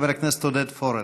חבר הכנסת עודד פורר.